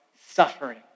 suffering